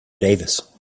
davis